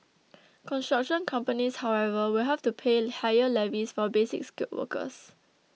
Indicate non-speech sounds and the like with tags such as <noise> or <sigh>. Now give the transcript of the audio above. <noise> construction companies however will have to pay higher levies for Basic Skilled workers